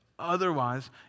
otherwise